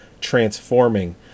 transforming